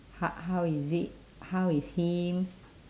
h~ how is it how is him